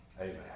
Amen